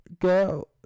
girl